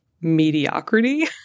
mediocrity